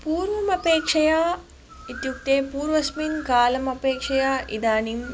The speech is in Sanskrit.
पूर्वमपेक्षया इत्युक्ते पूर्वस्मिन् कालमपेक्षया इदानिम्